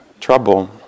trouble